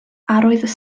arwydd